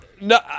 No